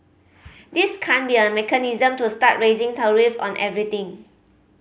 this can't be a mechanism to start raising tariffs on everything